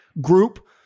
group